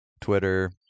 Twitter